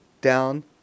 down